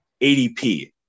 ADP